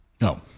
No